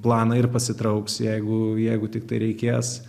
planą ir pasitrauks jeigu jeigu tiktai reikės